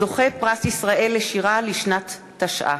זוכה פרס ישראל לשירה לשנת תשע"ה: